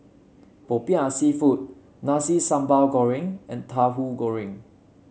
popiah seafood Nasi Sambal Goreng and Tauhu Goreng